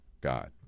God